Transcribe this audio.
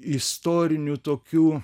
istorinių tokių